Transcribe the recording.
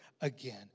again